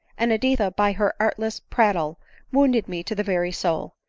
and editha by her artless prattle wounded me to the very soul.